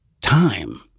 time